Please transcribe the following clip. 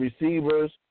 receivers